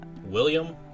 William